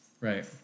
Right